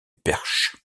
perche